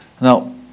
Now